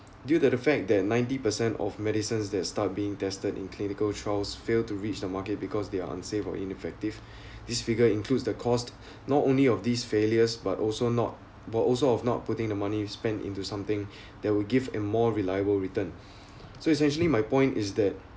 due to the fact that ninety percent of medicines that start being tested in clinical trials failed to reach the market because they are unsafe or ineffective this figure includes the cost not only of these failures but also not but also of not putting the money spent into something that will give a more reliable return so essentially my point is that